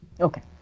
Okay